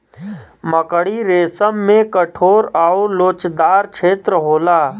मकड़ी रेसम में कठोर आउर लोचदार छेत्र होला